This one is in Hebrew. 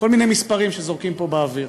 כל מיני מספרים שזורקים פה באוויר.